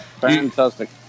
Fantastic